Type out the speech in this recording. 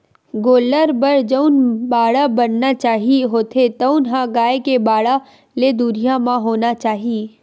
गोल्लर बर जउन बाड़ा बनाना चाही होथे तउन ह गाय के बाड़ा ले दुरिहा म होना चाही